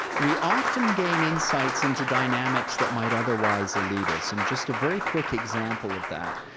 we often gain insights into dynamics that might otherwise elude us, and just a very quick example of that.